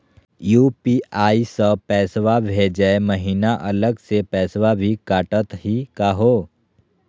UPI स पैसवा भेजै महिना अलग स पैसवा भी कटतही का हो?